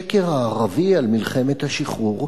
השקר הערבי על מלחמת השחרור,